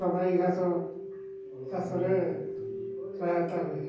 ସବାଇ ଘାସ ଚାଷରେ ସହାୟତା ହୁଏ